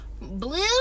blue